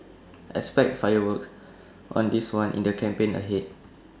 expect fireworks on this one in the campaign ahead